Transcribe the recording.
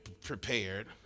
prepared